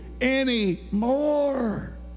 anymore